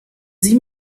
sie